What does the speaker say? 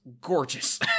gorgeous